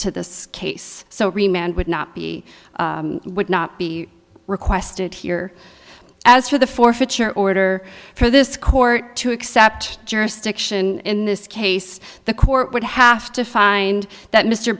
to this case so remained would not be would not be requested here as for the forfeiture order for this court to accept jurisdiction in this case the court would have to find that mr